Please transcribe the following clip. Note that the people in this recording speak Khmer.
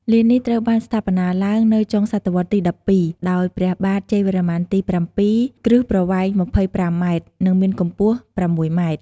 លាននេះត្រូវបានស្ថាបនាឡើងនៅចុងសតវត្សទី១២ ដោយព្រះបាទជ័យវរន្ម័នទី៧ គ្រឹះប្រវែង ២៥ម៉ែត្រ និង មានកំពស់ ៦ម៉ែត្រ។